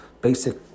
basic